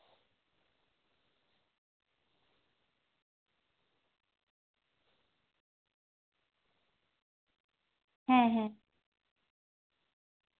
ᱦᱮᱸ ᱦᱮᱸ